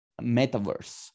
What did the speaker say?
metaverse